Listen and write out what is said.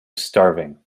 starving